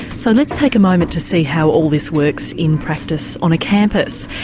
so let's take a moment to see how all this works in practice on a campus,